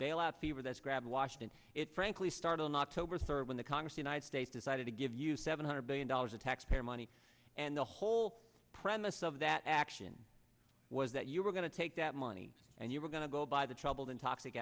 bailout fever that's grabbed washington it frankly started on october third when the congress united states decided to give you seven hundred billion dollars of taxpayer money and the whole premise of that action was that you were going to take that money and you were going to go buy the troubled and toxic